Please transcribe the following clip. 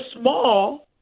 small –